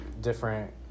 different